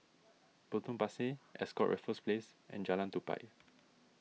Potong Pasir Ascott Raffles Place and Jalan Tupai